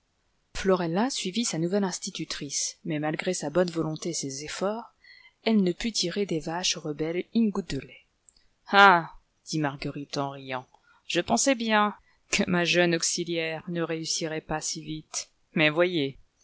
déjeuner florellasuivit sa nouvelle institutrice mais malgré sa bonne volonté et ses efforts elle ne put tirer des vaches rebelles une goutte de lait ah dit marguerite en riant je pensais bien que ma jeune auxiliaire ne réussirait pas si vite mais voyez